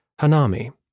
Hanami